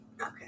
okay